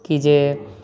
कि जे